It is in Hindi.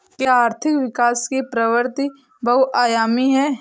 क्या आर्थिक विकास की प्रवृति बहुआयामी है?